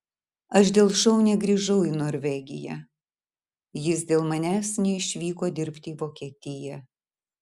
aš dėl šou negrįžau į norvegiją jis dėl manęs neišvyko dirbti į vokietiją